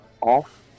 off